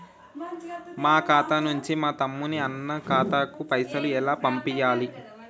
మా ఖాతా నుంచి మా తమ్ముని, అన్న ఖాతాకు పైసలను ఎలా పంపియ్యాలి?